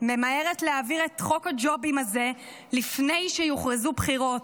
ממהרת להעביר את חוק הג'ובים הזה לפני שיוכרזו בחירות.